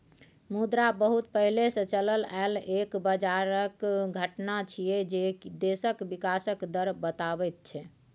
मुद्रा बहुत पहले से चलल आइल एक बजारक घटना छिएय जे की देशक विकासक दर बताबैत छै